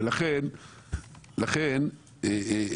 ולכן אדוני,